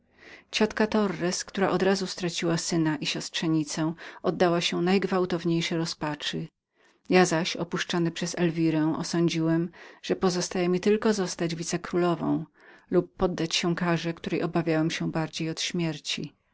ciotka torres która od razu straciła syna i synowicę oddała się najgwałtowniejszej rozpaczy ja zaś opuszczony przez elwirę osądziłem że niepozostawało mi jak wstaćzostać wicekrólową lub poddać się karze której obawiałem się bardziej od śmierci